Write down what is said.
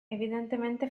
evidentemente